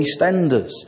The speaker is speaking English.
EastEnders